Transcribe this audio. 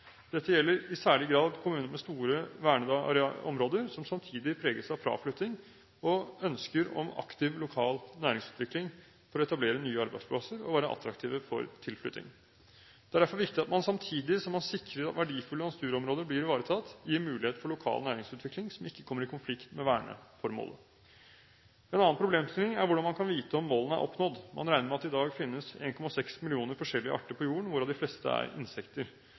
Dette gjelder i særlig grad kommuner med store vernede områder, som samtidig preges av fraflytting og ønsker om aktiv lokal næringsutvikling for å etablere nye arbeidsplasser og være attraktive for tilflytting. Det er derfor viktig at man samtidig som man sikrer at verdifulle naturområder blir ivaretatt, gir muligheter for lokal næringsutvikling som ikke kommer i konflikt med verneformålet. En annen problemstilling er hvordan man kan vite om målene er oppnådd. Man regner med at det i dag finnes 1,6 millioner forskjellige arter på jorden, hvorav de fleste er